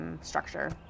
structure